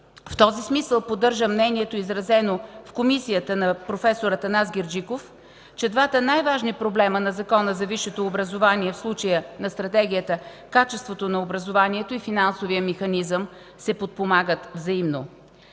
В този смисъл поддържам мнението, изразено в Комисията на проф. Анастас Герджиков, че двата най-важни проблема на Закона за висшето образование, в случая на Стратегията, качеството на образованието и финансовият механизъм се подпомагат взаимно.